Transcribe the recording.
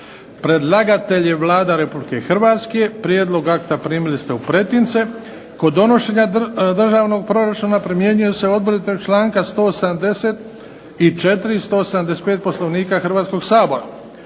Predlagatelj je Vlada Republike Hrvatske. Prijedlog akta primili ste u pretince. Kod donošenja državnog proračuna primjenjuje se odredba članka 174. i 175. Poslovnika Hrvatskog sabora.